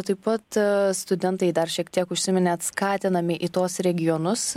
taip pat studentai dar šiek tiek užsiminėt skatinami į tuos regionus